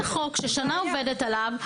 עובדת עליו,